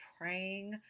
praying